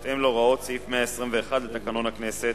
בהתאם להוראות סעיף 121 לתקנון הכנסת,